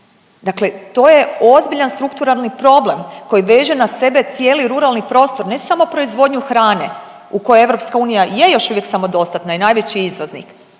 dakle to je ozbiljan strukturalni problem koji veže na sebe cijeli ruralni prostor, ne samo proizvodnju hrane u kojoj EU je još uvijek samodostatna i najveći izvoznik,